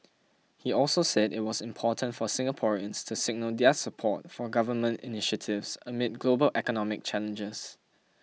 he also said it was important for Singaporeans to signal their support for government initiatives amid global economic challenges